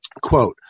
Quote